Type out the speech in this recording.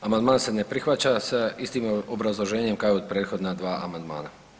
Amandman se ne prihvaća sa istim obrazloženjem kao i u prethodna dva amandmana.